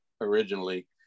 originally